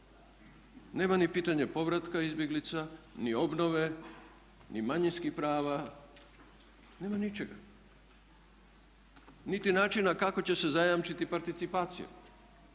Nema ni pitanje povratka izbjeglica, ni obnove, ni manjinskih prava, nema ničega, niti načina kako će se zajamčiti participacija.